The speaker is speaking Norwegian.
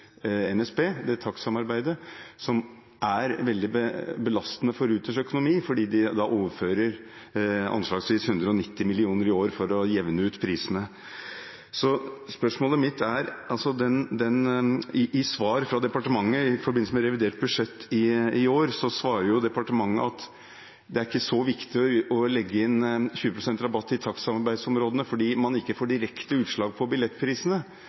veldig belastende for Ruters økonomi fordi de overfører anslagsvis 190 mill. kr i året for å jevne ut prisene. Spørsmålet mitt er: I svaret i forbindelse med revidert budsjett i år svarer departementet at det ikke er så viktig å legge inn 20 pst. rabatt i takstsamarbeidsområdene fordi man ikke får direkte utslag på billettprisene,